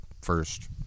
first